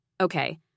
Okay